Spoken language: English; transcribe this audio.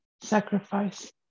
sacrifice